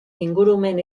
ingurumen